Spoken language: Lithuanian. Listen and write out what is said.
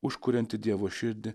užkurianti dievo širdį